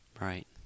Right